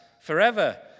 forever